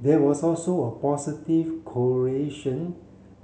there was also a positive correlation